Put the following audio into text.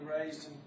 raised